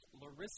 Larissa